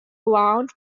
around